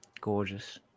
gorgeous